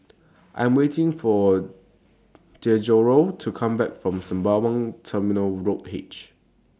I Am waiting For Gregorio to Come Back from Sembawang Terminal Road H